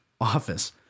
office